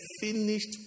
finished